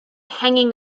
hanging